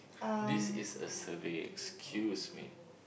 this is a survey excuse me